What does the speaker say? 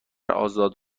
آزاد